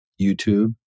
YouTube